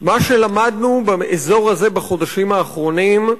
מה שלמדנו באזור הזה בחודשים האחרונים,